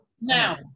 Now